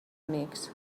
amics